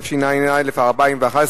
התשע"א 2011,